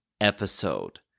episode